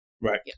Right